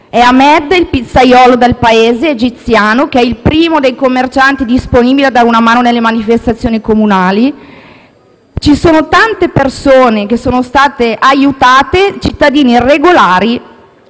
Ahmed, il pizzaiolo del paese, egiziano, che è il primo dei commercianti disponibile a dare una mano nelle manifestazioni comunali. Ci sono tante persone che sono state aiutate, cittadini regolari